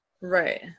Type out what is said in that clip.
Right